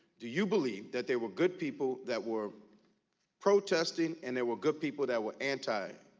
do you believe that there were good people that were protesting and there were good people that were and